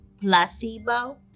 placebo